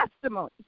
testimony